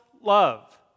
love